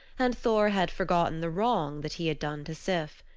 and thor had forgotten the wrong that he had done to sif.